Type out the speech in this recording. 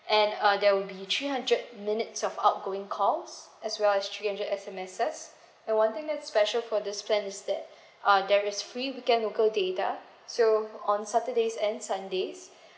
and uh there will be three hundred minutes of outgoing calls as well as three hundred S_M_S and one thing that's special for this plan is that uh there is free weekend local data so on saturdays and sundays